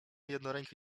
jednoręki